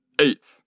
eighth